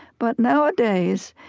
but nowadays,